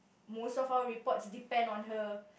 most of our report depend on her